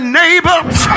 neighbors